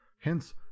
Hence